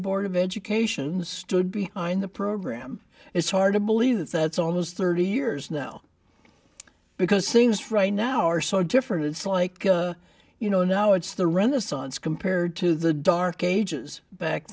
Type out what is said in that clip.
board of education stood behind the program it's hard to believe that that's almost thirty years now because things right now are so different it's like you know now it's the renaissance compared to the dark ages b